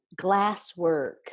Glasswork